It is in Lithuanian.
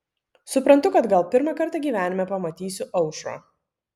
suprantu kad gal pirmą kartą gyvenime pamatysiu aušrą